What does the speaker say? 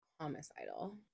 homicidal